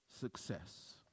success